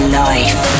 life